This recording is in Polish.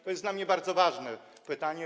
To jest dla mnie bardzo ważne pytanie.